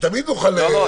נניח